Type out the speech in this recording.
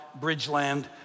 Bridgeland